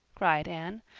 cried anne.